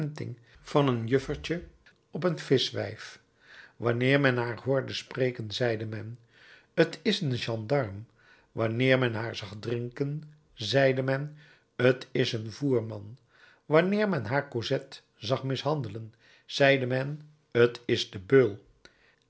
van een juffertje op een vischwijf wanneer men haar hoorde spreken zeide men t is een gendarm wanneer men haar zag drinken zeide men t is een voerman wanneer men haar cosette zag mishandelen zeide men t is de beul